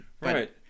Right